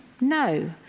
No